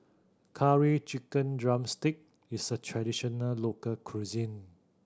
Curry Chicken drumstick is a traditional local cuisine